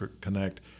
connect